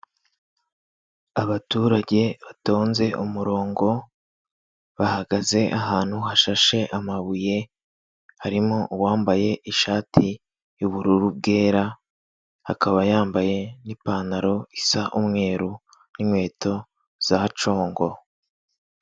Abaturage batonze umurongo bahagaze ahantu hashashe amabuye harimo uwambaye ishati y'ubururu bwera, akaba yambaye n'ipantaro isa umweru, n'inkweto za congo.